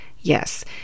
Yes